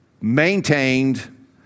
maintained